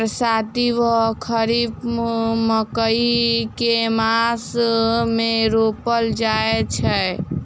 बरसाती वा खरीफ मकई केँ मास मे रोपल जाय छैय?